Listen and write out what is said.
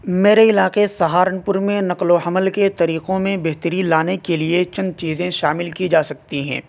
میرے علاقے سہارنپور میں نقل و حمل کے طریقوں میں بہتری لانے کے لیے چند چیزیں شامل کی جا سکتی ہیں